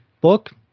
book